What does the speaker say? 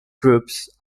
groups